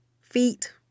feet